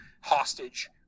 hostage